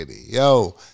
Yo